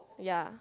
ya